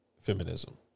feminism